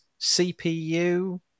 CPU